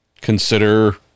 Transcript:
consider